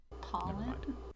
Pollen